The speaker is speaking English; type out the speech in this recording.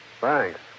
Thanks